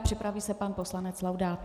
Připraví se pan poslanec Laudát.